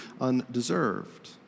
undeserved